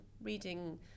reading